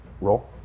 Roll